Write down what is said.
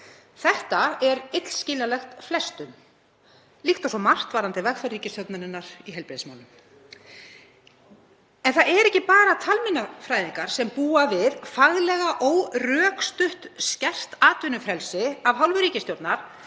Þetta er illskiljanlegt flestum, líkt og svo margt varðandi vegferð ríkisstjórnarinnar í heilbrigðismálum. En það eru ekki bara talmeinafræðingar sem búa við faglega órökstutt skert atvinnufrelsi af hálfu ríkisstjórnar